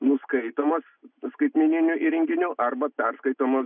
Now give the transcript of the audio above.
nuskaitomas skaitmeniniu įrenginiu arba perskaitomas